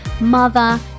mother